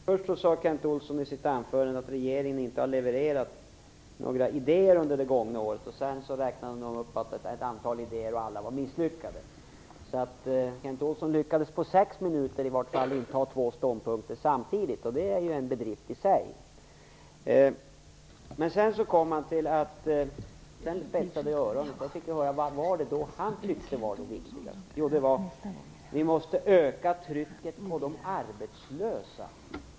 Fru talman! Jag har mycket stor förståelse för att Kent Olsson vill glömma historien, speciellt det som hände mellan 1991 och 1994. Kent Olsson sade i sitt anförande först att regeringen inte har levererat några idéer under det gångna året. Sedan räknade han upp ett antal idéer som han hade uppfattat - alla misslyckade. På sex minuter lyckades Kent Olsson alltså inta i vart fall två ståndpunkter samtidigt, och det är i sig en bedrift. Jag spetsade öronen när jag sedan fick höra vad han tyckte var det viktigaste, nämligen att vi måste öka trycket på de arbetslösa.